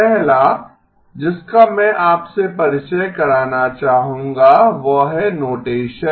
पहला जिसका मैं आपसे परिचय कराना चाहूंगा वह है नोटेसन